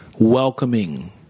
welcoming